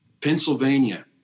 Pennsylvania